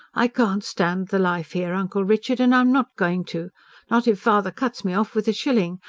i can't stand the life here, uncle richard, and i'm not going to not if father cuts me off with a shilling!